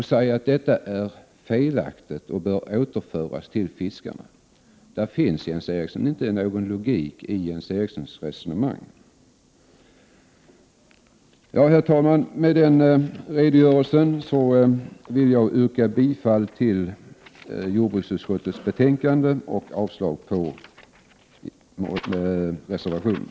Han säger att detta är felaktigt och att pengarna bör återföras till fiskarna. Det finns inte någon logik i Jens Erikssons resonemang. Herr talman! Med denna redogörelse vill jag yrka bifall till hemställan i jordbruksutskottets betänkande 18 och avslag på reservationen.